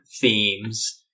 themes